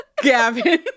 Gavin